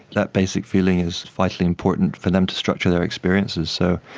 that basic feeling is vitally important for them to structure their experiences. so